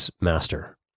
master